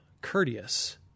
courteous